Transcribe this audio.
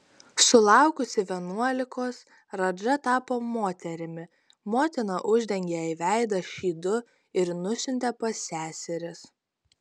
sulaukusi vienuolikos radža tapo moterimi motina uždengė jai veidą šydu ir nusiuntė pas seseris